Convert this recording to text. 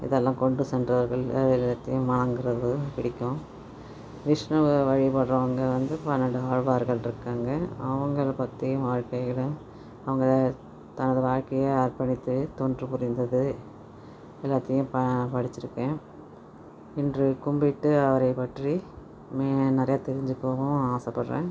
இதெல்லாம் கொண்டு சென்றவர்கள் அது எல்லாத்தையும் வணங்குறது பிடிக்கும் விஷ்ணுவை வழிபடறவங்க வந்து பன்னெண்டு ஆழ்வார்கள் இருக்காங்க அவங்களை பற்றியும் வாழ்க்கையில் அவங்க தனது வாழ்க்கையை அர்ப்பணித்து தொண்டு புரிந்தது எல்லாத்தையும் படிச்சிருக்கேன் இன்று கும்பிட்டு அவரை பற்றி நிறைய தெரிஞ்சிக்கவும் ஆசைப்படறேன்